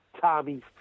Tommy